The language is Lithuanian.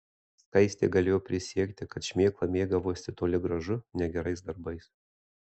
skaistė galėjo prisiekti kad šmėkla mėgavosi toli gražu ne gerais darbais